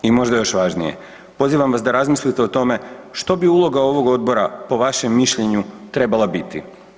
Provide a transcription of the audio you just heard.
I možda još važnije, pozivam vas da razmislite o tome što bi uloga ovog odbora po vašem mišljenju trebala biti?